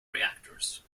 reactors